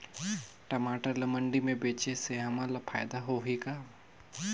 टमाटर ला मंडी मे बेचे से हमन ला फायदा होही का?